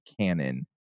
canon